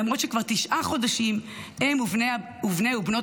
למרות שכבר תשעה חודשים הם ובני ובנות